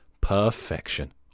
Perfection